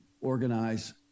organize